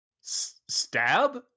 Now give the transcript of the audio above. Stab